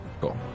cool